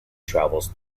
travels